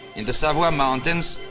in the savoia mountains,